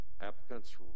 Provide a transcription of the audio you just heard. applicant's